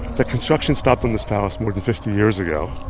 that construction stopped on this palace more than fifty years ago,